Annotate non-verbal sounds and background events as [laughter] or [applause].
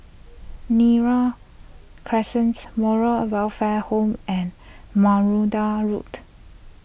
Neram Crescents Moral or Welfare Home and [unintelligible] Road